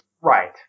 Right